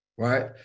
Right